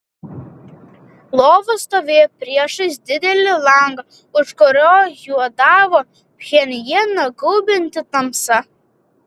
lova stovėjo priešais didelį langą už kurio juodavo pchenjaną gaubianti tamsa